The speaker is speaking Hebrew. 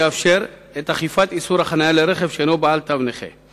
יאפשר את אכיפת איסור החנייה על בעל רכב ללא תו נכה.